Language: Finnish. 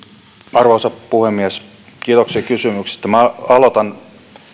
arvoisa puhemies kiitoksia kysymyksistä aloitan